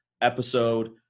episode